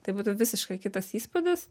tai būtų visiškai kitas įspūdis